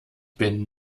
bin